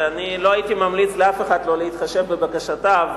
שלא הייתי ממליץ לאף אחד לא להתחשב בבקשותיו,